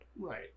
Right